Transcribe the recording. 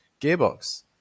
Gearbox